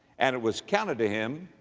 and it was counted to him